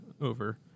over